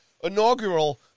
inaugural